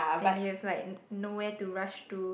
and you have like no where to rush to